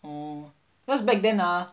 oh cause back then ah